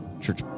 Church